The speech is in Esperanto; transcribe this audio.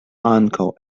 ankaŭ